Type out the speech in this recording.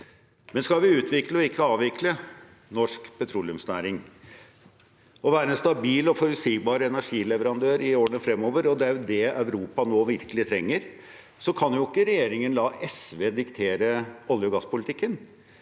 vi imidlertid utvikle og ikke avvikle norsk petroleumsnæring, og være en stabil og forutsigbar energileverandør i årene fremover – og det er jo det Europa virkelig trenger nå – kan ikke regjeringen la SV diktere olje- og gasspolitikken,